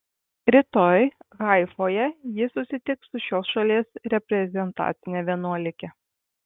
rytoj haifoje ji susitiks su šios šalies reprezentacine vienuolike